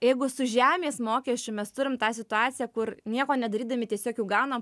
jeigu su žemės mokesčiu mes turim tą situaciją kur nieko nedarydami tiesiog jau gaunam